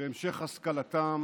בהמשך השכלתם